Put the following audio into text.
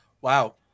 Wow